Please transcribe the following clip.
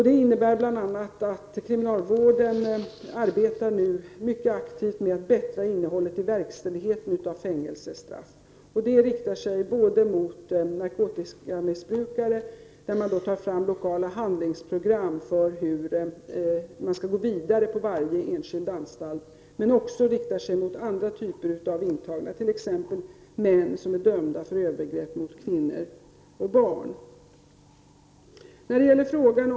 Det innebär bl.a. att kriminalvården nu arbetar mycket aktivt med att förbättra innehållet i verkställigheten i fängelsestraff. Det riktar sig både mot narkotikamissbrukare, där man tar fram lokala handlingsprogram för hur man skall gå vidare på varje enskild anstalt, och mot andra grupper av intagna, t.ex. män som är dömda för övergrepp mot kvinnor och barn.